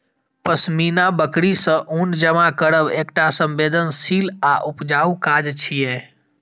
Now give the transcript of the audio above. पश्मीना बकरी सं ऊन जमा करब एकटा संवेदनशील आ ऊबाऊ काज छियै